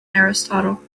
aristotle